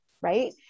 right